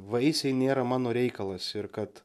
vaisiai nėra mano reikalas ir kad